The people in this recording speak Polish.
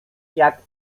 jak